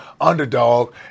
underdog